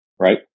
Right